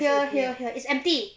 here here here is empty